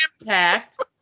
Impact